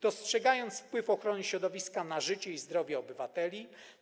Dostrzegając wpływ ochrony środowiska na życie i zdrowie obywateli,